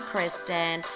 Kristen